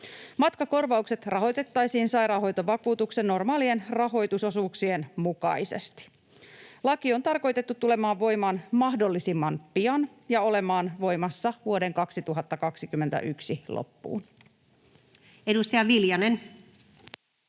Matkakorvaukset rahoitettaisiin sairaanhoitovakuutuksen normaalien rahoitusosuuksien mukaisesti. Laki on tarkoitettu tulemaan voimaan mahdollisimman pian ja olemaan voimassa vuoden 2021 loppuun.